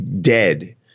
dead